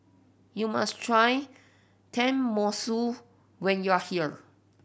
you must try Tenmusu when you are here